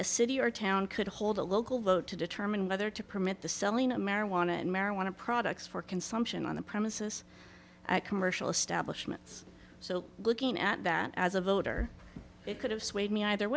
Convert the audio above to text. a city or town could hold a local vote to determine whether to permit the selling of marijuana and marijuana products for consumption on the premises at commercial establishments so looking at that as a voter it could have swayed me either